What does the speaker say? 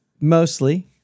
Mostly